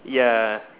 ya